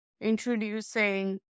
introducing